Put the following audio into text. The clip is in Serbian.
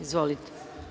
Izvolite.